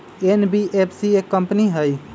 NBFC एक company हई?